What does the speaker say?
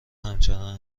همچنان